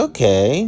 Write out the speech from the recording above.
Okay